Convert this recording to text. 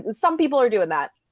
some people are doing that,